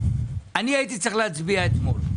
אני הייתי צריך להצביע אתמול,